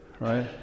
right